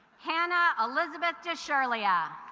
hannah elizabeth disher leah